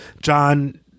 John